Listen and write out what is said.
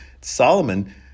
Solomon